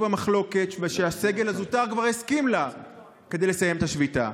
המחלוקת ושהסגל הזוטר כבר הסכים לה כדי לסיים את השביתה.